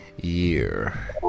year